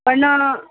पण